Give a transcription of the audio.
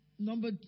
Number